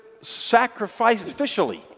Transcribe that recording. sacrificially